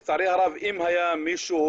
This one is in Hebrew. לצערי הרב, אם מישהו